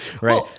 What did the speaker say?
Right